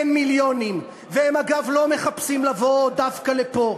אין מיליונים, והם אגב לא מחפשים לבוא דווקא לפה,